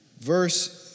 verse